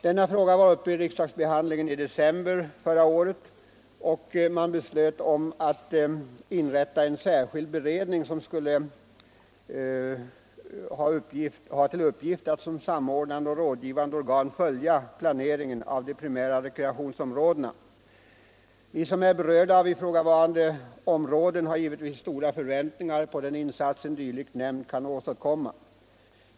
Denna fråga behandlades i riksdagen i december förra året, och det beslöts då att en särskild beredning skulle tillsättas med uppgift att som samordnande och rådgivande organ följa planeringen av de primära rekreationsområdena. Vi som lever och verkar i eller nära ifrågavarande områden har givetvis stora förväntningar på den insats som en dylik nämnd kan åstadkomma.